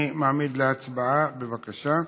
אני מעמיד את זה להצבעה, בבקשה.